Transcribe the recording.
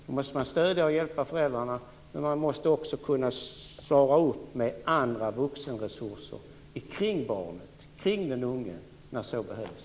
Då måste man stödja och hjälpa föräldrarna, men man måste också kunna svara upp med andra vuxenresurser kring barnet och kring den unge när så behövs.